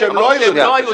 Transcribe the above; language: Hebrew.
הם לא היו יותר קשים.